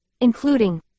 including